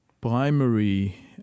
primary